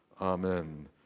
Amen